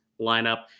lineup